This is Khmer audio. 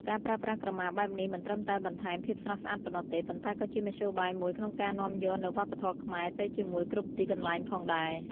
ការប្រើប្រាស់ក្រមាបែបនេះ មិនត្រឹមតែបន្ថែមភាពស្រស់ស្អាតប៉ុណ្ណោះទេ ប៉ុន្តែក៏ជាមធ្យោបាយមួយក្នុងការនាំយកនូវវប្បធម៌ខ្មែរទៅជាមួយគ្រប់ទីកន្លែងផងដែរ។